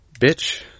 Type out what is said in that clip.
Bitch